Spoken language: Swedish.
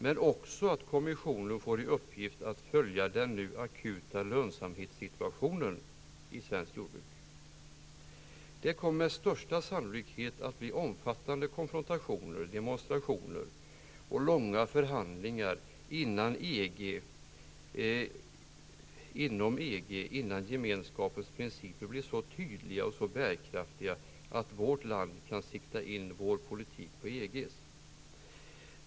Men det är också viktigt att kommissionen får i uppgift att följa den nu akuta lönsamhetssituationen i svenskt jordbruk. Det kommer med största sannolikhet att bli omfattande konfrontationer, demonstrationer och långa förhandlingar inom EG innan gemenskapens principer blir så tydliga och bärkraftiga att vårt land kan sikta in sin politik på EGs.